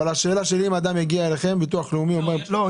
אבל השאלה שלי היא אם אדם מגיע אליכם וביטוח לאומי אומר --- לא,